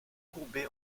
courbée